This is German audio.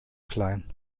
klein